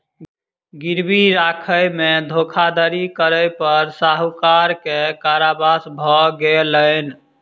गिरवी राखय में धोखाधड़ी करै पर साहूकार के कारावास भ गेलैन